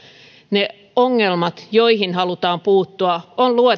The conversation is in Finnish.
ne ongelmat joihin halutaan puuttua